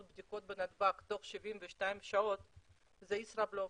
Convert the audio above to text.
בדיקות בנתב"ג תוך 72 שעות- זה "ישראבלוף".